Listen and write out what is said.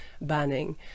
banning